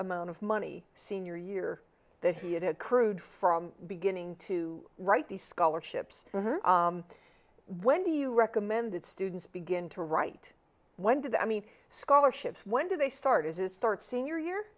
amount of money senior year that he had accrued from beginning to write these scholarships when do you recommend that students begin to write when did i mean scholarship when did they start is it start senior year